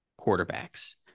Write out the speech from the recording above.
quarterbacks